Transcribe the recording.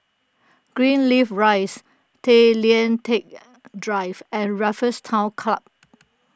Greenleaf Rise Tay Lian Teck Drive and Raffles Town Club